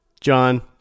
john